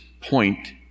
point